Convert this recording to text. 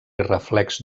reflex